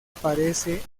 aparece